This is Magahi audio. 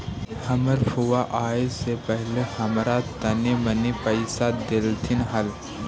हमर फुआ जाए से पहिले हमरा तनी मनी पइसा डेलथीन हल